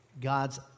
God's